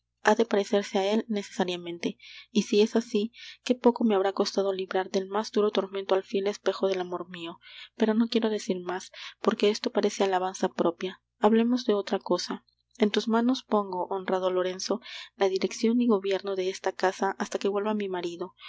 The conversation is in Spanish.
ha de parecerse á él necesariamente y si es así qué poco me habrá costado librar del más duro tormento al fiel espejo del amor mio pero no quiero decir más porque esto parece alabanza propia hablemos de otra cosa en tus manos pongo honrado lorenzo la direccion y gobierno de esta casa hasta que vuelva mi marido